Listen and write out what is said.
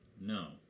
No